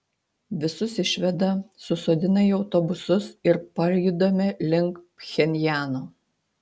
visus išveda susodina į autobusus ir pajudame link pchenjano